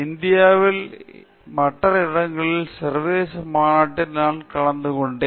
இந்தியாவிலும் மற்ற இடங்கலிலும் சர்வதேச மாநாட்டில் நான் கலந்துகொண்டேன்